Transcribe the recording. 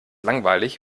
langweilig